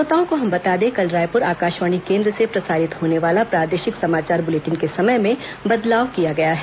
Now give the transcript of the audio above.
श्रोताओं को हम बता दें कल रायपुर आकाशवाणी केंद्र से प्रसारित होने वाले प्रादेशिक समाचार बुलेटिन के समय में बदलाव किया गया है